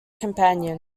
companions